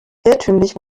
irrtümlich